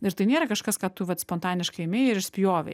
ir tai nėra kažkas ką tu vat spontaniškai ėmei ir išspjovei